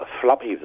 floppy